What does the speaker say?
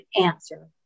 answer